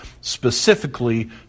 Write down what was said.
specifically